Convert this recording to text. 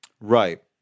right